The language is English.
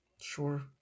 Sure